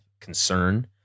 concern